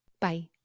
Bye